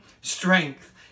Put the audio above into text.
strength